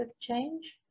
change